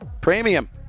Premium